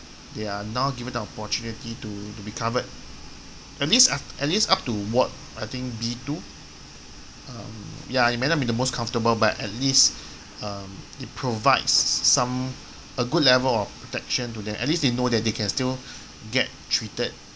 they are now given the opportunity to to be covered at least uh at least up to ward I think B two um ya it may not be the most comfortable but at least um it provides s~ some a good level of protection to them at least they know they can still get treated